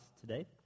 today